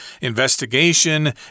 investigation